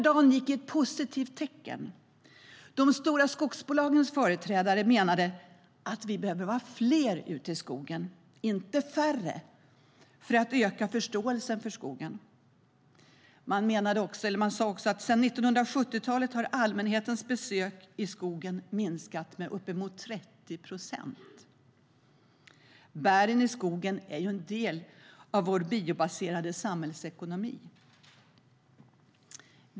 Dagen gick i ett positivt tecken. De stora skogsbolagens företrädare menade att vi behöver vara fler ute i skogen, inte färre, för att öka förståelsen för skogen. Man sade också att sedan 1970-talet har allmänhetens besök i skogen minskat med uppemot 30 procent. Bären i skogen är en del av vår biobaserade samhällsekonomi.